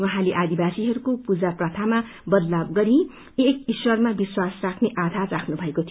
उहाँले आदिवासीहरूको पूजा प्रथामा बदलाव गरी एक ईश्वरमा विश्वास राख्ने आधार राख्नुभएको थियो